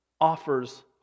offers